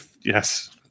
Yes